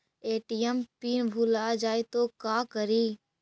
ATM pin भुला जाए तो का करी?